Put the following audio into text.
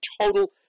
total